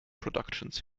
productions